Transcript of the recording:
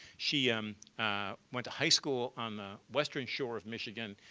she um went to high school on the western shore of michigan.